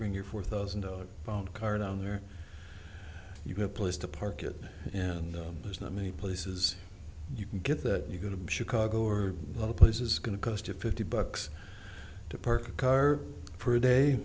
bring your four thousand dollars phone card on there you have a place to park it you know there's not many places you can get that you go to chicago or other places going to cost you fifty bucks to perk a car brew day